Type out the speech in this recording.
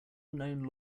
known